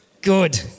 Good